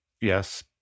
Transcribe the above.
Yes